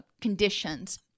conditions